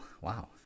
wow